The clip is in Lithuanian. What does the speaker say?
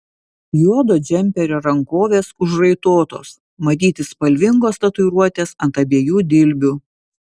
juodo džemperio rankovės užraitotos matyti spalvingos tatuiruotės ant abiejų dilbių